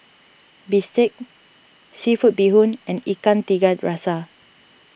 Bistake Seafood Bee Hoon and Ikan Tiga Rasa